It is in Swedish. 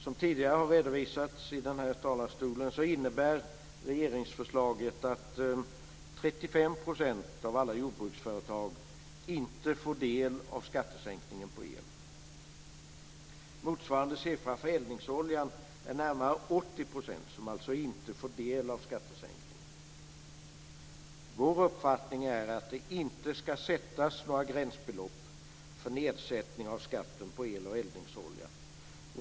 Som tidigare har redovisats i den här talarstolen innebär regeringsförslaget att 35 % av alla jordbruksföretag inte får del av skattesänkningen på el. Motsvarande siffra för eldningsoljan är att närmare 80 % inte får del av skattesänkningen. Vår uppfattning är att det inte ska sättas några gränsbelopp för nedsättningen av skatten på el och eldningsolja.